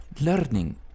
Learning